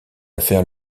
affaire